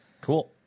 Cool